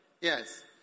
Yes